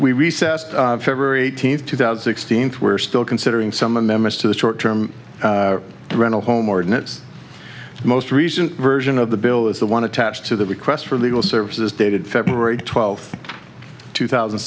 we recessed february eighteenth two thousand sixteenth we're still considering some amendments to the short term rental home ordinance the most recent version of the bill is the one attached to the request for legal services dated february twelfth two thousand